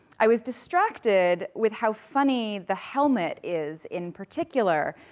i was distracted with how funny the helmet is, in particular,